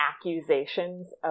accusations